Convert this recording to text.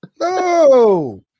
No